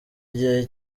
igihe